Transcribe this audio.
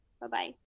Bye-bye